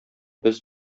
без